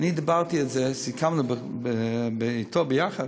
דיברתי על זה, סיכמנו אתו ביחד,